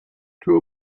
two